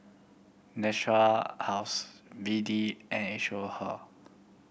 Natura House B D and